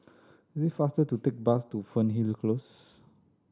it is faster to take the bus to Fernhill Close